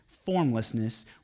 formlessness